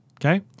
Okay